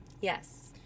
Yes